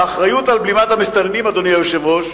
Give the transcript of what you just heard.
האחריות לבלימת המסתננים, אדוני היושב-ראש,